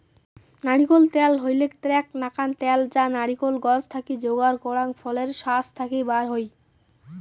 নারিকোল ত্যাল হইলেক এ্যাক নাকান ত্যাল যা নারিকোল গছ থাকি যোগার করাং ফলের শাস থাকি বার হই